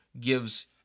gives